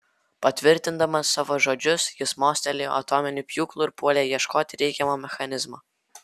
patvirtindamas savo žodžius jis mostelėjo atominiu pjūklu ir puolė ieškoti reikiamo mechanizmo